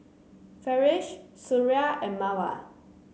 Farish Suria and Mawar